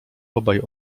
obaj